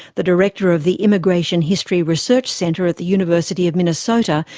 the director of the immigration history research center at the university of minnesota,